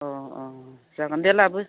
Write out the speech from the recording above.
अह अह जागोन दे लाबो